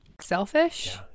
selfish